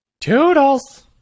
Toodles